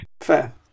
Fair